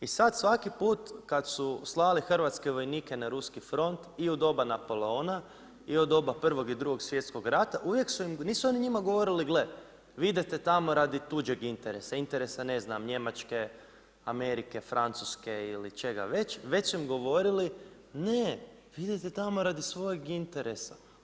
I sad svaki put kad su slali hrvatske vojnike na ruski front i u doba Napoleona i u doba Prvog i Drugog svjetskog rata uvijek su im, nisu oni njima govorili gle vi idete tamo radi tuđeg interesa, interesa ne znam Njemačke, Amerike, Francuske ili čega već, već su im govorili ne, vi idete tamo radi svojeg interesa.